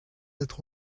être